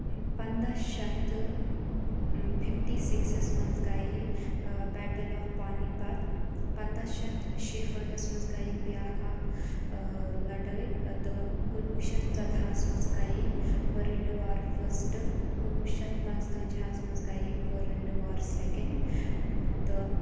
پنٛداہ شیٚتھ تہٕ فِفٹی سِکسَس منٛز گیے بیٹٕل آف پانی پَت پَنٛداہ شَتھ شِہٲٹھَس منٛز گیے بیاکھ اکھ لَڑٲے تہٕ کُنوُہ شیٚتھ ژۄدہَس منٛز گیے ؤرٕلڈٕ وار فٔسٹ کُنوُہ شیٚتھ پانٛژتٲجس منٛز گیے ؤرٕلڈ وار سیکنٛڈ تہٕ